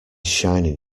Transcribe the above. shining